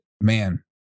man